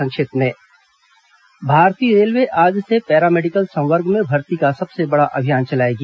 संक्षिप्त समाचार भारतीय रेलवे आज से पैरामेडिकल संवर्ग में भर्ती का सबसे बड़ा अभियान चलाएगी